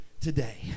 today